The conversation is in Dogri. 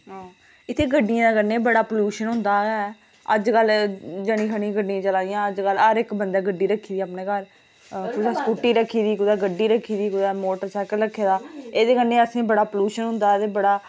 इत्थै गड्डियें कन्नै बी बडा पालूशन होंदा गै ऐ अजकल जनी खनी गड्डियां चला दियां अजकल हर इक बंदे ने गड्डी रक्खी दी अपने घर कुसै स्कूटी रक्खी दी कुसै गड्डी रक्खी दी कुसै मोटरसाइकल रक्खे दा एहदे कन्मै